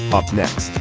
up next